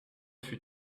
fut